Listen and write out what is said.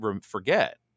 forget